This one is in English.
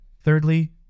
Thirdly